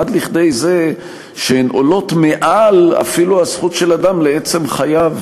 עד לכדי זה שהן עולות אפילו מעל הזכות של אדם לעצם חייו.